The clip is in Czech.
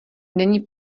není